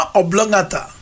oblongata